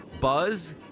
Buzz